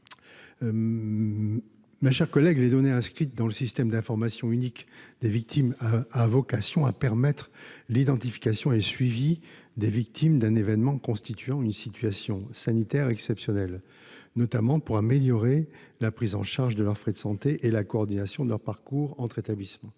Ma chère collègue, les données inscrites dans le système d'information unique des victimes ont vocation à permettre l'identification et le suivi des victimes d'un événement constituant une situation sanitaire exceptionnelle, notamment pour améliorer la prise en charge de leurs frais de santé et la coordination de leur parcours entre établissements.